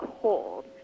cold